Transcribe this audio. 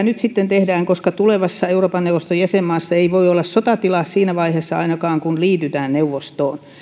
nyt sitten tehdään koska tulevassa euroopan neuvoston jäsenmaassa ei voi olla sotatila siinä vaiheessa ainakaan kun liitytään neuvostoon